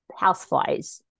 houseflies